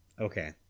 Okay